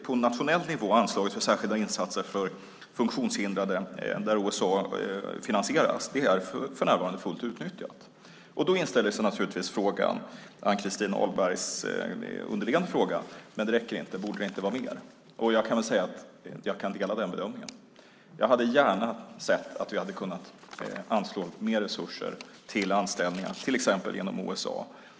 På nationell nivå är anslaget för särskilda insatser för funktionshindrade, där OSA finansieras, för närvarande fullt utnyttjat. Då inställer sig naturligtvis Ann-Christin Ahlbergs underliggande fråga: Det räcker inte - borde det inte vara mer? Jag kan säga att jag kan dela den bedömningen. Jag hade gärna sett att vi hade kunnat anslå mer resurser till anställningar, till exempel genom OSA.